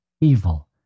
evil